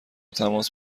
تماس